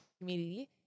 community